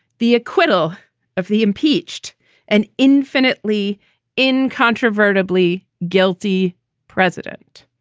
the acquittal of the impeached and infinitely incontrovertibly guilty president.